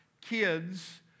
kids